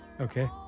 Okay